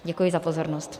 Děkuji za pozornost.